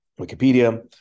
Wikipedia